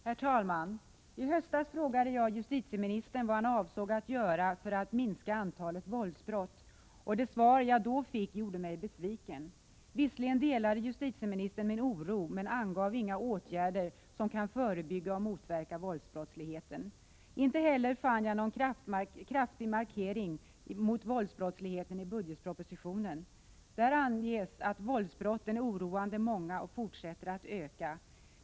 Herr talman! I höstas frågade jag justitieministern vad han avsåg att göra för att minska antalet våldsbrott. Det svar jag då fick gjorde mig besviken. Visserligen delade justitieministern min oro, men han angav inga åtgärder som kan förebygga och motverka våldsbrottsligheten. Inte heller har jag funnit någon kraftig markering mot våldsbrottsligheten i budgetpropositionen. Där anges att våldsbrotten är oroande många och att de fortsätter att öka.